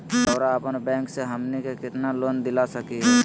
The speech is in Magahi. रउरा अपन बैंक से हमनी के कितना लोन दिला सकही?